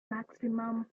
maximum